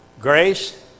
Grace